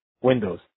windows